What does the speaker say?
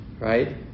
right